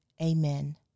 amen